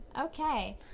Okay